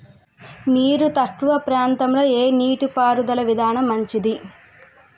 నీరు తక్కువ ప్రాంతంలో ఏ నీటిపారుదల విధానం మంచిది?